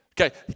Okay